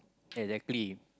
exactly